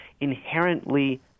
inherently